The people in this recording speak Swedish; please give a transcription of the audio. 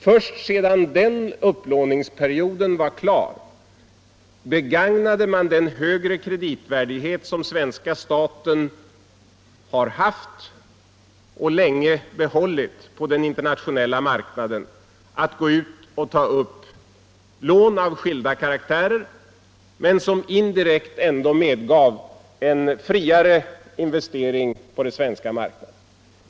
Först sedan den upplåningsperioden var = politiken klar begagnade man den högre kreditvärdighet som svenska staten har haft och länge behållit på den internationella marknaden till att gå ut och ta upp lån av skilda karaktärer som indirekt ändå medförde en friare investering på den svenska marknaden.